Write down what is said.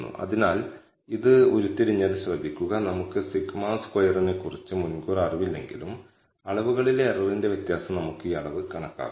മീൻ variance എന്നിവയുടെ distribution സവിശേഷതയെ അടിസ്ഥാനമാക്കി ഈ എസ്റ്റിമേറ്റുകളുടെ കോൺഫിഡൻസ് ഇന്റർവെൽ എന്ന് വിളിക്കുന്നതും നമുക്ക് കണ്ടെത്താനാകും